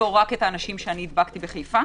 אספור רק את האנשים שהדבקתי בחיפה?